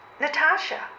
Natasha